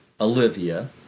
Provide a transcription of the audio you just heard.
Olivia